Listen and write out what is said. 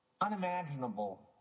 unimaginable